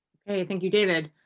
okay. thank you david.